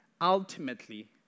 Ultimately